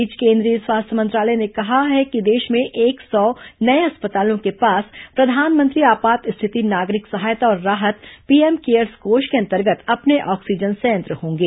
इस बीच केंद्रीय स्वास्थ्य मंत्रालय ने कहा है कि देश में एक सौ नए अस्पतालों के पास प्रधानमंत्री आपात स्थिति नागरिक सहायता और राहत पीएम केयर्स कोष के अंतर्गत अपने ऑक्सीजन संयंत्र होंगे